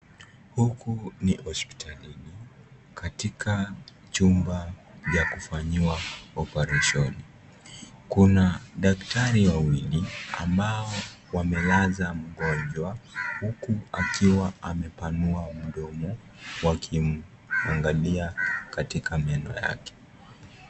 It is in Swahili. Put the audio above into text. Huku ni hospitalini katika chumba ya kufanyiwa oparesheni, kuna daktari wawili ambao wamelaza mgonjwa huku akiwa amepanua mdomo wakimwangalia katika meno yake.